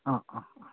অঁ অঁ অঁ